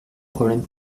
problème